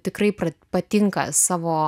tikrai patinka savo